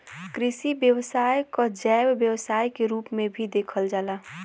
कृषि व्यवसाय क जैव व्यवसाय के रूप में भी देखल जाला